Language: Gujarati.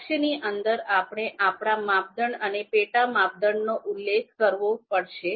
લક્ષ્યની અંદર આપણે આપણા માપદંડ અને પેટા માપદંડોનો ઉલ્લેખ કરવો પડશે